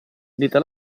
dite